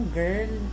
girl